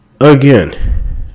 Again